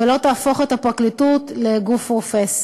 ולא תהפוך את הפרקליטות לגוף רופס.